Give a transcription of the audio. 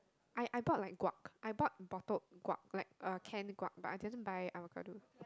I I bought like guac I bought bottled guac like uh canned guac but I didn't buy avocado